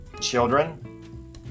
children